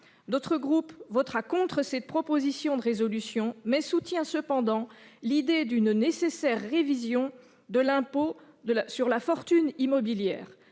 Notre groupe votera contre cette proposition de résolution, mais soutient cependant l'idée d'une nécessaire révision rapide de l'impôt sur la fortune immobilière.